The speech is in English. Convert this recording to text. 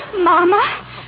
Mama